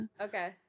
Okay